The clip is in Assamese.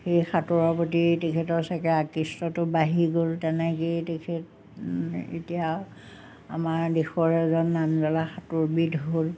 সেই সাঁতোৰৰ প্ৰতি তেখেতৰ চাগৈ আকৃষ্টটো বাঢ়ি গ'ল তেনেকৈয়ে তেখেত এতিয়া আৰু আমাৰ দিশৰ এজন নামজলা সাঁতোৰবিদ হ'ল